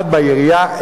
אחד בעירייה,